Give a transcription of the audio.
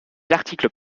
articles